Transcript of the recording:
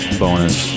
bonus